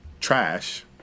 trash